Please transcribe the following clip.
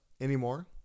anymore